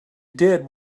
did